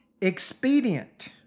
expedient